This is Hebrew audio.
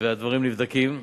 והדברים נבדקים,